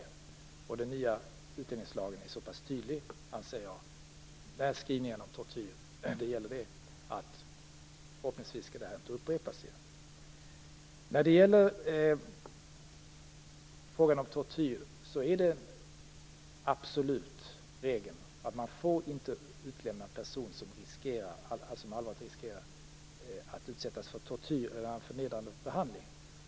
Jag anser att den nya utlänningslagen är så tydlig i skrivningarna om tortyr att det här förhoppningsvis inte skall upprepas. I fråga om tortyr är det en absolut regel att man inte får utlämna en person som riskerar att utsättas för tortyr eller annan förnedrande behandling.